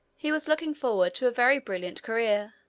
he was looking forward to a very brilliant career